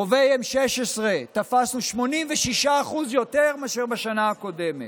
רובי M16 תפסנו 86% יותר מאשר בשנה הקודמת.